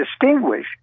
distinguish